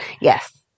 Yes